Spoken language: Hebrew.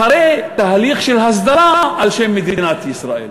אחרי תהליך של הסדרה, על שם מדינת ישראל.